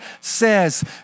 says